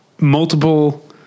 multiple